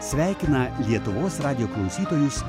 sveikina lietuvos radijo klausytojus